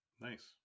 nice